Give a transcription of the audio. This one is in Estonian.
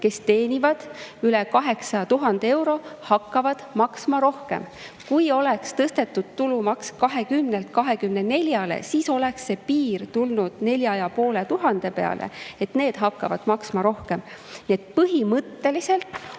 kes teenivad üle 8000 euro, hakkavad maksma rohkem. Kui oleks tõstetud tulumaks 20%‑lt 24%‑le, siis oleks see piir tulnud nelja ja poole tuhande peale, et need hakkavad maksma rohkem. Nii et põhimõtteliselt